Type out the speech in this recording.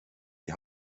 die